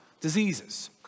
diseases